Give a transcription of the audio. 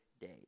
days